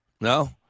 No